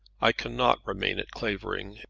i cannot remain at clavering,